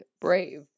Brave